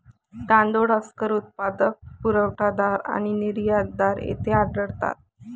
तांदूळ हस्कर उत्पादक, पुरवठादार आणि निर्यातदार येथे आढळतात